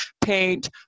paint